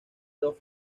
dos